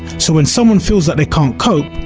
so when someone feels that they can't cope,